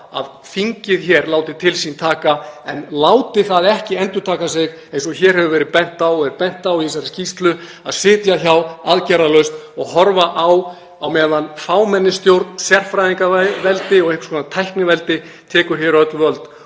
að þingið láti til sín taka en láti það ekki endurtaka sig, eins og hér hefur verið bent á og er bent á í þessari skýrslu, að sitja hjá aðgerðalaust og horfa á meðan fámennisstjórn, sérfræðingaveldi og einhvers konar tækniveldi tekur öll völd